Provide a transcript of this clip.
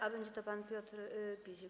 A będzie to pan Piotr Pyzik.